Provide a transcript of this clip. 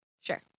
Sure